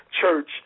church